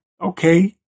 Okay